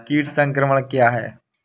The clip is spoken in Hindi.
कीट संक्रमण क्या है?